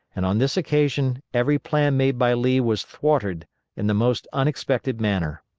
and on this occasion every plan made by lee was thwarted in the most unexpected manner.